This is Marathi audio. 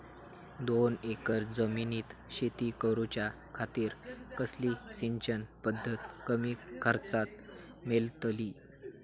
दोन एकर जमिनीत शेती करूच्या खातीर कसली सिंचन पध्दत कमी खर्चात मेलतली?